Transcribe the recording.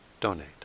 donate